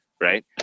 right